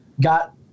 got